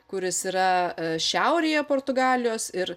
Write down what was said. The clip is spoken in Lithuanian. kuris yra šiaurėje portugalijos ir